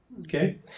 okay